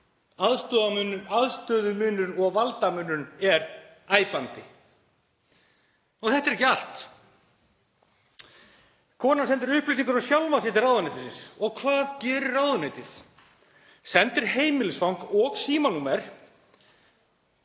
Aðstöðumunurinn og valdamunurinn er æpandi. Og þetta er ekki allt. Konan sendir upplýsingar um sjálfa sig til ráðuneytisins, og hvað gerir ráðuneytið? Sendir heimilisfang og símanúmer